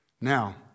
Now